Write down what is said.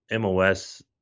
MOS